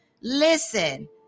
Listen